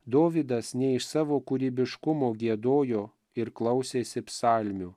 dovydas ne iš savo kūrybiškumo giedojo ir klausėsi psalmių